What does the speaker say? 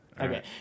Okay